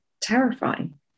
terrifying